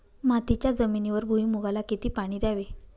मातीच्या जमिनीवर भुईमूगाला किती पाणी द्यावे?